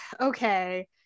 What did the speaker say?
Okay